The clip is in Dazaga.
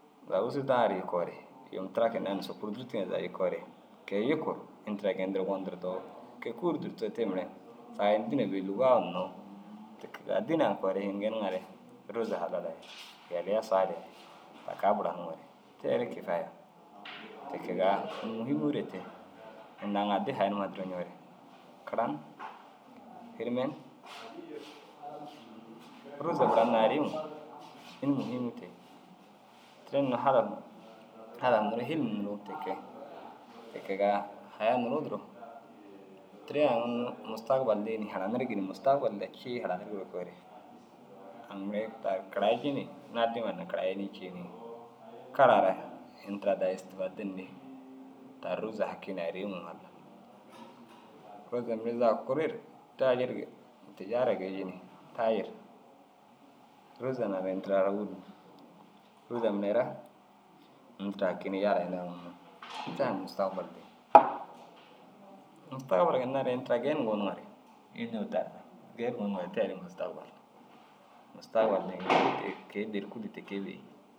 Zaga ôsurdaa ri koore yim tira kinai yoo na sopur dûrtuŋa daa yikoore ke- i yikuu ru ini tira geendir gondirdoo ke- i kuu ru dûrtoo te mire saga ini dîne- u bêyi lûga- u hinnoo. Ti kegaa dînaa koore ini geeniŋare rôza halala ye yaliya saaliya ye ta kaa bura nuŋoore teere kifaaya. Te kegaa ini muhimuure te unnu aŋ addi haya numa duro ñoore karan, hirimen, rôza buran na arii mug ini muhimuu te. Teere unnu hadaf, hadaf ti kegaa haya nuruu duro teere unnu mustagbal dii ni haranirig ni mustagbal mire cii haraniŋire aŋ mire i daa karaji ni naddiman na karayinii cii ni kara raa ini tira daa stifadin ni taar rôza haki ni arii ŋa hatir. Rôza mire zaga kuri ru taajir tijaara geeji ni taajir rôza hunaa ini tira raa wûr rôza mire raa ini tira haki ni yala ina unnu mustagbal di. Mustagbal ginna re ini tira geenim goniŋare geenum gonuŋore te ini mustagbal. Mustagbl ini te kee dêri kûlli ti kee bêyi.